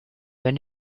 when